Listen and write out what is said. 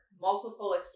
multiple